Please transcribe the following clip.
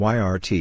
Y-R-T